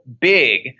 big